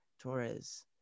Torres